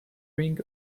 ring